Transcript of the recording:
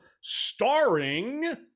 starring